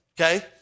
okay